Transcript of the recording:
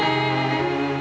and